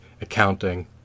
accounting